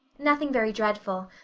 nothing very dreadful.